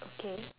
okay